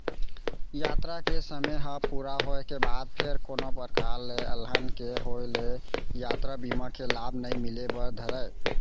यातरा के समे ह पूरा होय के बाद फेर कोनो परकार ले अलहन के होय ले यातरा बीमा के लाभ नइ मिले बर धरय